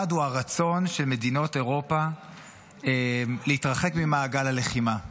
אחד הוא הרצון של מדינות אירופה להתרחק ממעגל הלחימה.